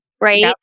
right